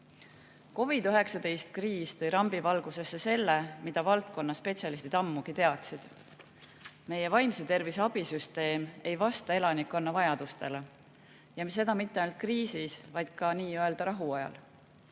COVID-19 kriis tõi rambivalgusesse selle, mida valdkonna spetsialistid ammugi teadsid: meie vaimse tervise abisüsteem ei vasta elanikkonna vajadustele, ja seda mitte ainult kriisis, vaid ka nii-öelda rahuajal.